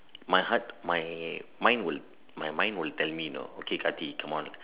my heart my mind my mind will tell me no okay Karthik come on